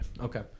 Okay